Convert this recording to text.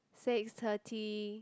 six thirty